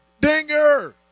Dinger